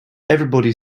everybody